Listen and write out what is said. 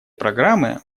программы